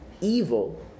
evil